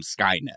Skynet